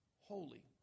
holy